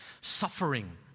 suffering